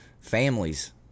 families